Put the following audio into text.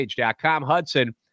Hudson